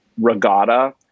regatta